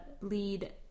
lead